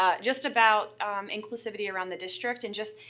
ah just about inclusivity around the district and just,